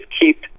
keep